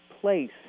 place